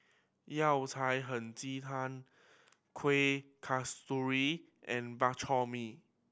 Yao Cai Hei Ji Tang Kuih Kasturi and Bak Chor Mee